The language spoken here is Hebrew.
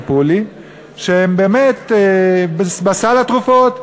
סיפרו לי שהן בסל התרופות,